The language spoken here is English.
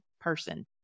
person